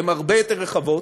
הן הרבה יותר רחבות.